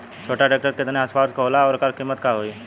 छोटा ट्रेक्टर केतने हॉर्सपावर के होला और ओकर कीमत का होई?